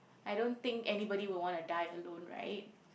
I don't think anybody will want to die alone right